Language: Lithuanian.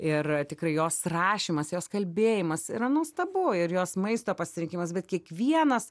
ir tikrai jos rašymas jos kalbėjimas yra nuostabu ir jos maisto pasirinkimas vat kiekvienas